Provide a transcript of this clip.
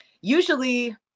usually